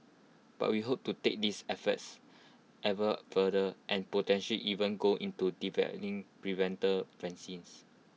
but we hope to take these efforts ever further and potential even go into developing preventive vaccines